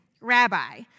Rabbi